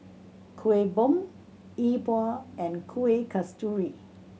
Kueh Bom E Bua and Kuih Kasturi